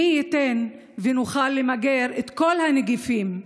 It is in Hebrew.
מי ייתן ונוכל למגר את כל הנגיפים,